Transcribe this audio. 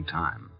time